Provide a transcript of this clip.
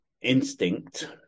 instinct